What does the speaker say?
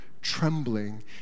trembling